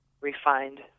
refined